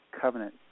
covenant